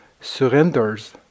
surrenders